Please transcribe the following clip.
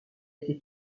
été